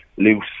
loose